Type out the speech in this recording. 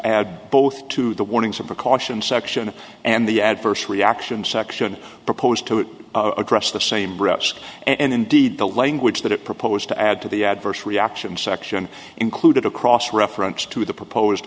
add both to the warnings or precautions section and the adverse reactions section proposed to address the same bret's and indeed the language that it proposed to add to the adverse reactions section included across reference to the proposed